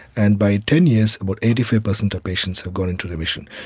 and by ten years about eighty three percent of patients have gone into remission.